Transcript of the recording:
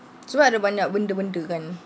sebab ada banyak benda-benda kan